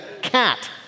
cat